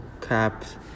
caps